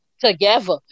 together